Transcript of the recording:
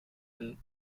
and